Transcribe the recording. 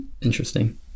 interesting